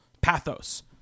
pathos